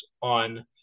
on